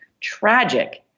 tragic